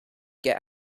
get